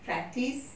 practice